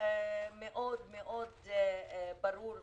מאוד מאוד ברור וחד.